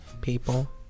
people